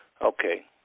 Okay